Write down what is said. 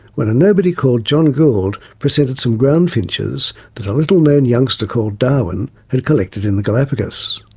when a nobody called john gould presented some ground-finches that a little-known youngster called darwin had collected in the galapagos.